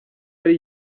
hari